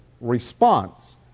response